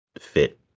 fit